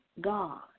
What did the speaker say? God